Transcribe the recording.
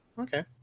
Okay